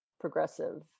progressive